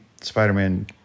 Spider-Man